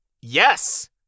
Yes